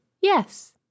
yes